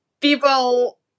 people